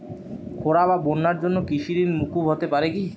খরা বা বন্যার জন্য কৃষিঋণ মূকুপ হতে পারে কি?